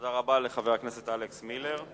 תודה רבה לחבר הכנסת אלכס מילר.